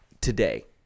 today